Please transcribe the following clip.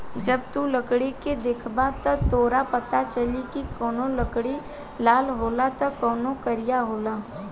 जब तू लकड़ी के देखबे त तोरा पाता चली की कवनो लकड़ी लाल होला त कवनो करिया होला